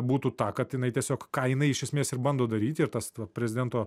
būtų ta kad jinai tiesiog ką jinai iš esmės ir bando daryti ir tas prezidento